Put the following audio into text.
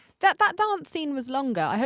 that that dance scene was longer. i